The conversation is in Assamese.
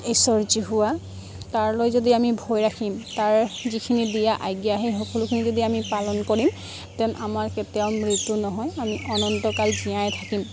ঈশ্বৰ যীশুৱা তাৰলৈ যদি আমি ভয় ৰাখিম তাৰ যিখিনি দিয়া আজ্ঞা সেই সকলোখিনি যদি আমি পালন কৰিম দ্যেন মই আমাৰ কেতিয়াও মৃত্যু নহয় আমি অনন্তকাল জীয়াই থাকিম